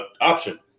option